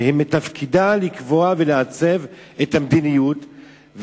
שמתפקידה לקבוע ולעצב את המדיניות,